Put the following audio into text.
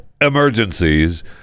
emergencies